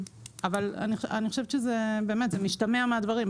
זה משתמע מהדברים.